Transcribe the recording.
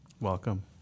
Welcome